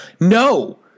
no